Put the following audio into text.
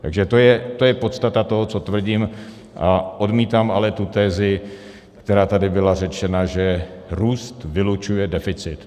Takže to je podstata toho, co tvrdím, a odmítám ale tu tezi, která tady byla řečena, že růst vylučuje deficit.